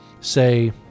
Say